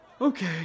Okay